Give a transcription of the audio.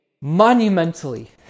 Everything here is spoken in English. monumentally